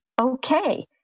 okay